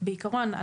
בעיקרון,